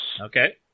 okay